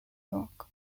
york